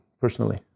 personally